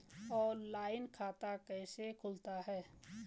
Online खाता कैसे खुलता है?